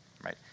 right